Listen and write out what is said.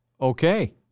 Okay